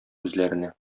үзләренә